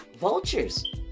Vultures